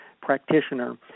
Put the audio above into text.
practitioner